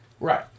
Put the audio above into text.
Right